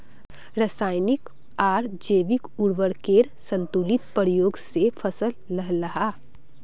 राशयानिक आर जैविक उर्वरकेर संतुलित प्रयोग से फसल लहलहा